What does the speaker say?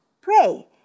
pray